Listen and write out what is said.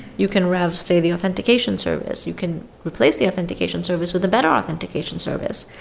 you can rev, say, the authentication service. you can replace the authentication service with a better authentication service.